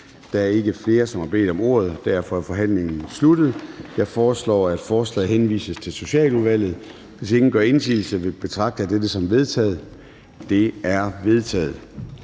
Der er ikke flere, som har bedt om ordet, og derfor er forhandlingen sluttet. Jeg foreslår, at forslaget til folketingsbeslutning henvises til Socialudvalget. Hvis ingen gør indsigelse, betragter jeg dette som vedtaget. Det er vedtaget.